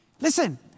Listen